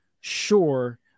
sure